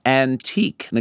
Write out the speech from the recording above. antique